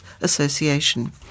Association